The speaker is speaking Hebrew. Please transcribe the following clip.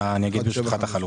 את החלוקה.